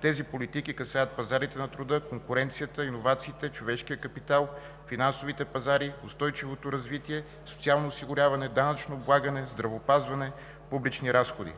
Тези политики касаят пазарите на труда, конкуренцията, иновациите, човешкия капитал, финансовите пазари, устойчивото развитие, социално осигуряване, данъчно облагане, здравеопазване, публични разходи.